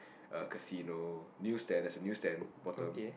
uh casino newstand there's a new stand bottom